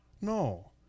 No